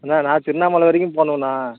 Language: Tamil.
அண்ணே நான் திருவண்ணாமல வரைக்கும் போகணுண்ணா